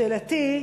שאלתי: